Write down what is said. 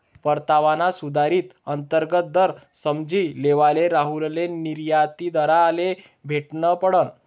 परतावाना सुधारित अंतर्गत दर समझी लेवाले राहुलले निर्यातदारले भेटनं पडनं